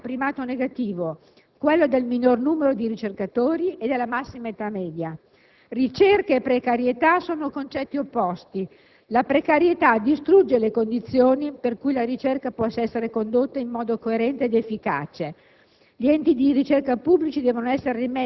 Ricordiamo che in Europa l'Italia ha un primato negativo, quello del minor numero di ricercatori e della massima età media. Ricerca e precarietà sono concetti opposti: la precarietà distrugge le condizioni per cui la ricerca possa essere condotta in modo coerente ed efficace.